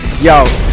Yo